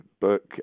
book